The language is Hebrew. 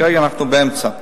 כרגע אנחנו באמצע.